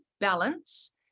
balance